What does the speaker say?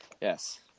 Yes